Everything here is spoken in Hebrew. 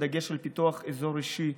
בדגש על פיתוח אזור אישי,